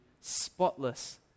spotless